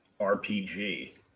RPG